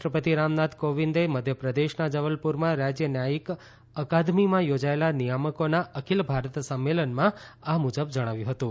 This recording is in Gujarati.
રાષ્ટ્રપતિ રામનાથ કોવિંદે મધ્ય પ્રદેશના જબલપુરમાં રાજય ન્યાયિક અકાદમીમાં યોજાયેલા નિયામકોના અખિલ ભારત સંમેલનમાં આ મુજબ જણાવ્યું હતું